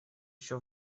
ещё